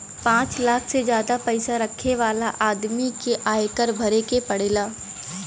पांच लाख से जादा पईसा रखे वाला हर आदमी के आयकर भरे के पड़ेला